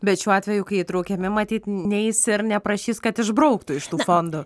bet šiuo atveju kai įtraukiami matyt neis ir neprašys kad išbrauktų iš tų fondų